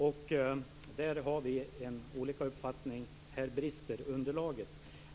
Där har vi olika uppfattningar. Här brister underlaget.